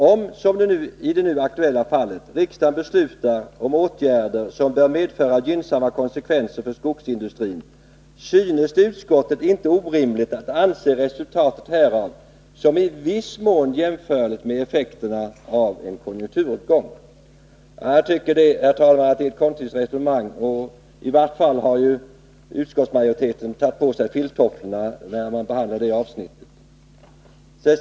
Om — som i det nu aktuella fallet — riksdagen beslutat om åtgärder som bör medföra gynnsamma konsekvenser för skogsindustrin, synes det utskottet inte orimligt att anse resultatet härav som i viss mån jämförligt med effekterna av en konjunkturuppgång.” Jag tycker det är ett konstigt resonemang, herr talman! I varje fall har utskottsmajoriteten tagit på sig filttofflorna när den behandlat det avsnittet.